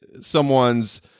someone's